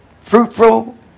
fruitful